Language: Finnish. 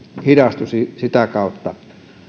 hidastuisi sitä kautta